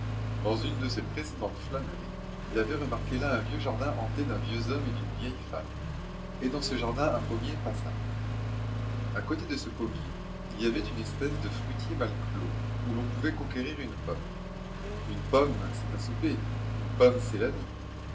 dans une de ses précédentes flâneries il avait remarqué là un vieux jardin hanté d'un vieux homme et d'une vieille femme et dans ce jardin un pommier passable à côté de ce pommier il y avait une espèce de fruitier mal clos où l'on pouvait conquérir une pomme une pomme c'est un souper une pomme c'est la vie